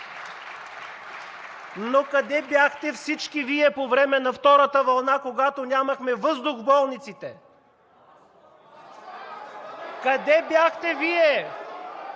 Но къде бяхте всички Вие по време на втората вълна, когато нямахме въздух в болниците? (Шум и